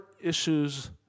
issues